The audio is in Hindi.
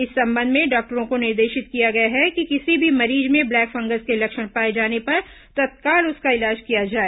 इस संबंध में डॉक्टरों को निर्देशित किया गया है कि किसी भी मरीज में ब्लैक फंगस के लक्षण पाए जाने पर तत्काल उसका इलाज किया जाए